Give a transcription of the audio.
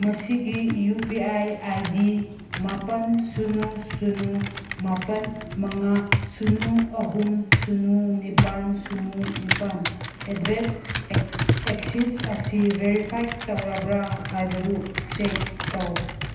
ꯃꯁꯤꯒꯤ U P I I D ꯃꯥꯄꯟ ꯁꯤꯅꯣ ꯁꯤꯅꯣ ꯃꯥꯄꯟ ꯃꯉꯥ ꯁꯤꯅꯣ ꯑꯍꯨꯝ ꯁꯤꯅꯣ ꯅꯤꯄꯥꯟ ꯁꯤꯅꯣ ꯅꯤꯄꯥꯟ ꯑꯦꯠ ꯗ ꯔꯦꯠ ꯑꯦꯛꯁꯤꯁ ꯑꯁꯤ ꯕꯦꯔꯤꯐꯥꯏꯠ ꯇꯧꯔꯕ꯭ꯔꯥ ꯍꯥꯏꯕꯗꯨ ꯆꯦꯛ ꯇꯧ